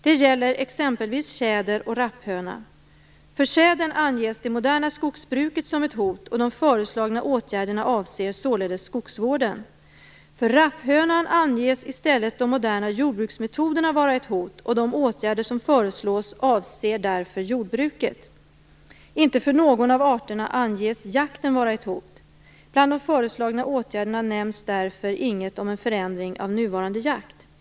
Det gäller exempelvis tjäder och rapphöna. För tjädern anges det moderna skogsbruket som ett hot, och de föreslagna åtgärderna avser således skogsvården. För rapphönan anges i stället de moderna jordbruksmetoderna vara ett hot, och de åtgärder som föreslås avser därför jordbruket. Inte för någon av arterna anges jakten vara ett hot. Bland de föreslagna åtgärderna nämns därför inget om en förändring av nuvarande jakt.